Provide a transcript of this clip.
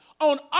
on